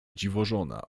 dziwożona